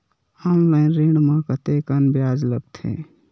Online ऋण म कतेकन ब्याज लगथे?